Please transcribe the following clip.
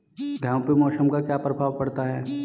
गेहूँ पे मौसम का क्या प्रभाव पड़ता है?